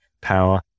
power